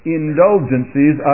indulgences